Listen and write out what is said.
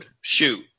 shoot